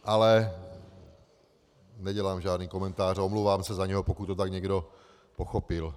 Ale nedělám žádný komentář, omlouvám se za něj, pokud to tak někdo pochopil.